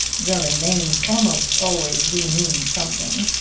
german names almost always do mean something,